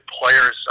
players